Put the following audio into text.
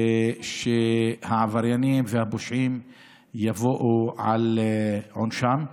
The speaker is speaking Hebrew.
ושהעבריינים והפושעים יבואו על עונשם.